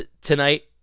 tonight